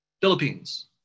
Philippines